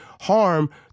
harm